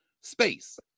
Space